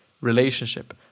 relationship